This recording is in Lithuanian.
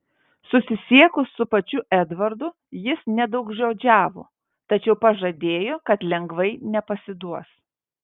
susisiekus su pačiu edvardu jis nedaugžodžiavo tačiau pažadėjo kad lengvai nepasiduos